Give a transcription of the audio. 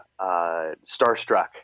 starstruck